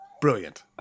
Brilliant